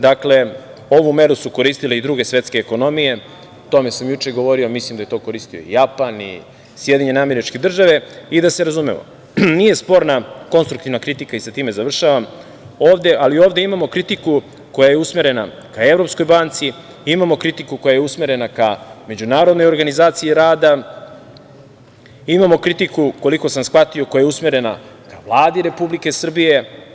Dakle, ovu meru su koristile i druge svetske ekonomije, o tome sam i juče govorio, mislim da je to koristio i Japan i Sjedinjene Američke Države i da se razumemo, nije sporna konstruktivna kritika i sa time završavam ovde, ali ovde imamo kritiku koja je usmerena ka Evropskoj banci, imamo kritiku koja je usmerena ka Međunarodnoj organizaciji rada, imamo kritiku, koliko sam shvatio koja je usmerena ka Vladi Republike Srbije.